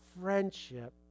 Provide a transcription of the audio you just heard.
friendship